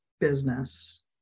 business